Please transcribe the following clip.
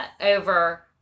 over